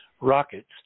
rockets